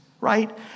Right